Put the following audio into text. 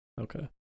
Okay